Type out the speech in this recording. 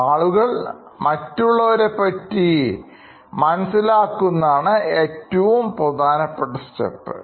ആളുകൾ മറ്റുള്ളവരെ പറ്റി മനസ്സിലാക്കുന്നതാണ്ഏറ്റവും ആദ്യത്തെ പ്രധാനപ്പെട്ട സ്റ്റെപ്പ്